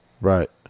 Right